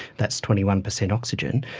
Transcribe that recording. that's twenty one percent oxygen.